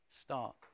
start